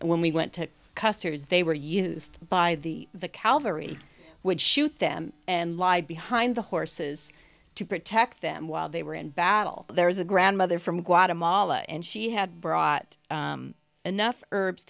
used when we went to custer's they were used by the the calvary would shoot them and lie behind the horses to protect them while they were in battle there is a grandmother from guatemala and she had brought enough herbs